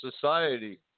society